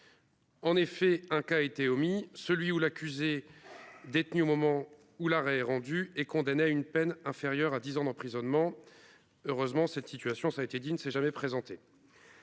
En effet, un qu'a été omis, celui où l'accusé détenu au moment où l'arrêt rendu, et condamné à une peine inférieure à 10 ans d'emprisonnement heureusement cette situation, ça a été dit, ne s'est jamais présenté.